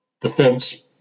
defense